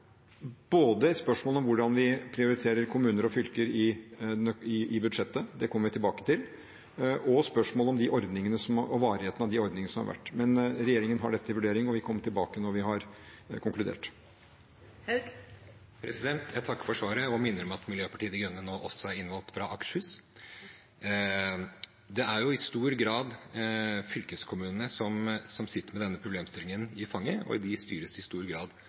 både et spørsmål om hvordan vi prioriterer kommuner og fylker i budsjettet – det kommer vi tilbake til – og et spørsmål om de ordningene som har vært, og varigheten av dem. Men regjeringen har dette til vurdering og vil komme tilbake når vi har konkludert. Jeg takker for svaret og minner om at Miljøpartiet De Grønne nå også er innvalgt fra Akershus. Det er i stor grad fylkeskommunene som sitter med denne problemstillingen i fanget, og de styres i stor grad